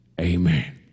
Amen